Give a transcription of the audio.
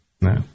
No